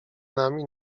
nami